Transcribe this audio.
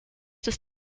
des